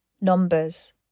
Numbers